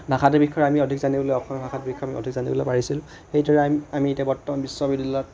ভাষাটোৰ বিষয়ে আমি অধিক জানিবলৈ অসমীয়া ভাষাৰ বিষয়ে আমি অধিক জানিবলৈ পাৰিছিলোঁ সেইদৰে আমি আমি এতিয়া বৰ্তমান বিশ্ববিদ্যালয়ত